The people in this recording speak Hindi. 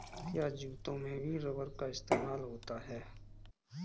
क्या जूतों में भी रबर का इस्तेमाल होता है?